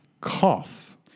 Cough